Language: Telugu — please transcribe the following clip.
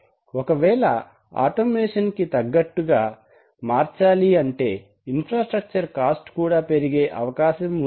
ఒకవేళ ఆటోమేషన్ కి తగ్గట్టుగా మార్చాలి అంటే ఇన్ఫ్రాస్ట్రక్చర్ కాస్ట్ కూడా పెరిగే అవకాశం ఉంది